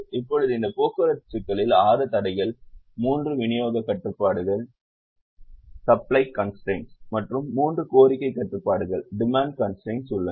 இப்போது இந்த போக்குவரத்து சிக்கலில் 6 தடைகள் 3 விநியோக கட்டுப்பாடுகள் மற்றும் 3 கோரிக்கை கட்டுப்பாடுகள் உள்ளன